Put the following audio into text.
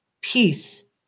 Peace